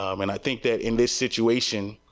um and i think that in this situation,